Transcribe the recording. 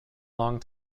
long